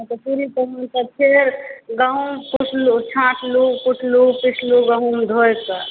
चूड़ी पहिरि कऽ फेर गहूँम छाँटलहुँ कुटलहुँ पिसलहुँ गहूँम धोइ कऽ